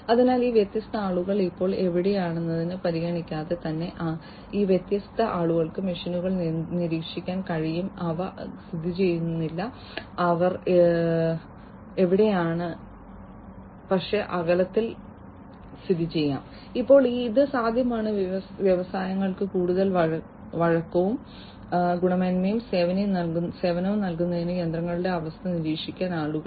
അതിനാൽ ഈ വ്യത്യസ്ത ആളുകൾ ഇപ്പോൾ എവിടെയാണെന്നത് പരിഗണിക്കാതെ തന്നെ ഈ വ്യത്യസ്ത ആളുകൾക്ക് മെഷീനുകൾ നിരീക്ഷിക്കാൻ കഴിയും അവ സ്ഥിതിചെയ്യുന്നില്ല അവർ എവിടെയാണ് പക്ഷേ അകലത്തിൽ സ്ഥിതിചെയ്യാം ഇപ്പോൾ ഇത് സാധ്യമാണ് വ്യവസായങ്ങൾക്ക് കൂടുതൽ വഴക്കവും ഗുണമേന്മയുള്ള സേവനങ്ങളും നൽകുന്നതിന് യന്ത്രങ്ങളുടെ അവസ്ഥ നിരീക്ഷിക്കാൻ ആളുകൾ